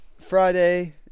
Friday